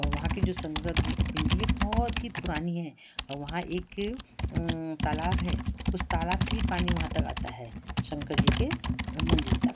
और वहाँ की जो शंकर जी की पिंडी है बहुत ही पुरानी है और वहाँ एक तालाब है उस तालाब से ही पानी वहाँ तक आता है शंकर जी के मंदिर तक